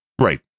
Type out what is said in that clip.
Right